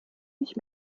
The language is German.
nicht